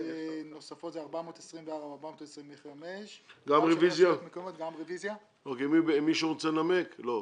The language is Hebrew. פניות 359 עד 360 לא נתקבלה.